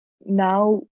now